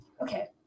Okay